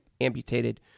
amputated